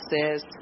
says